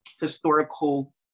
historical